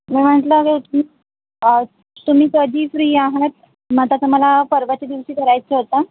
मी म्हटलं तुम्ही कधी फ्री आहात मग तसं मला परवाच्या दिवशी करायचं होतं